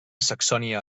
saxònia